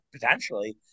potentially